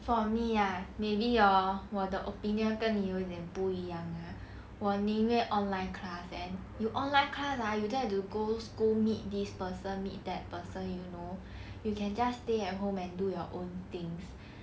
for me ya maybe your 我的 opinion 跟你有一点不一样 lah 我宁愿 online class leh you online class ah you don't have to go school meet this person meet that person you know you can just stay at home and do your own things